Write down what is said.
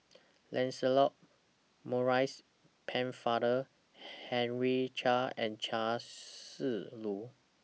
Lancelot Maurice Pennefather Henry Chia and Chia Shi Lu